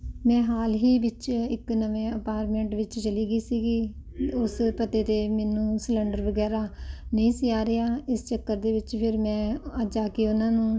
ਮੈਂ ਹਾਲ ਹੀ ਵਿੱਚ ਇੱਕ ਨਵੇਂ ਅਪਾਰਮੈਂਟ ਵਿੱਚ ਚਲੀ ਗਈ ਸੀਗੀ ਉਸ ਪਤੇ 'ਤੇ ਮੈਨੂੰ ਸਿਲੰਡਰ ਵਗੈਰਾ ਨਹੀਂ ਸੀ ਆ ਰਿਹਾ ਇਸ ਚੱਕਰ ਦੇ ਵਿੱਚ ਫਿਰ ਮੈਂ ਅੱਜ ਜਾ ਕੇ ਉਹਨਾਂ ਨੂੰ